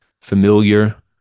familiar